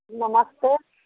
नमस्ते